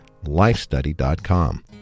lifestudy.com